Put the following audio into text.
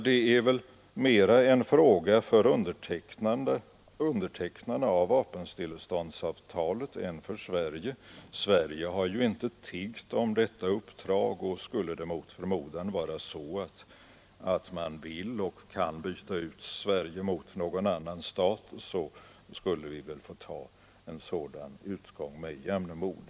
Detta är väl mera en fråga för undertecknarna av vapenstilleståndsavtalet än för Sverige — Sverige har inte tiggt om detta uppdrag, och skulle det mot förmodan vara så, att man vill och kan byta ut Sverige mot någon annan stat, skulle vi väl få ta en sådan utgång med jämnmod.